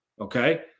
Okay